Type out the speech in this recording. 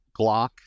Glock